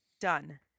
Done